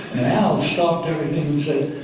and al stopped everything and said,